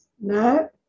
No